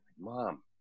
mom